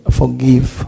forgive